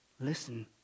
listen